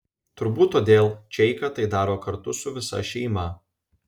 turbūt todėl čeika tai daro kartu su visa šeima